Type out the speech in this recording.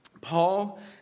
Paul